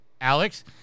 Alex